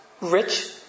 rich